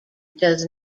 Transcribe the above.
does